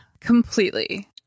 completely